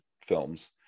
films